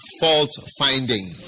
fault-finding